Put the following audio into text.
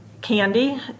candy